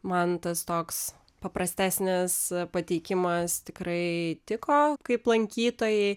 man tas toks paprastesnis pateikimas tikrai tiko kaip lankytojai